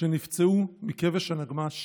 שנפצעו מכבש הנגמ"ש